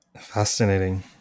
Fascinating